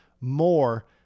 more